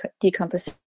decomposition